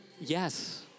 Yes